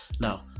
Now